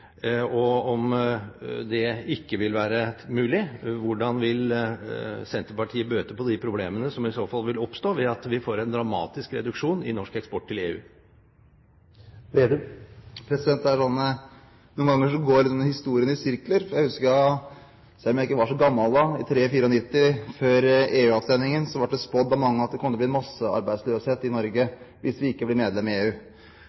Og, om det ikke vil være mulig, hvordan vil Senterpartiet bøte på de problemene som i så fall vil oppstå ved at vi får en dramatisk reduksjon i norsk eksport til EU? Noen ganger går historien i sirkler, for jeg husker – selv om jeg ikke var så gammel da – at i 1993 og 1994, før EU-avstemningen, ble det spådd av mange at det kom til å bli massearbeidsløshet i Norge hvis vi ikke ble medlem av EU.